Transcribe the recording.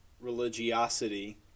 religiosity